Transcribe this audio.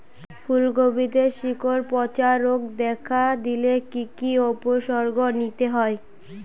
ফুলকপিতে শিকড় পচা রোগ দেখা দিলে কি কি উপসর্গ নিতে হয়?